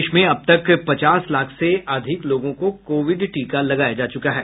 प्रदेश में अब तक पचास लाख से अधिक लोगों को कोविड टीका लगाया जा चुका है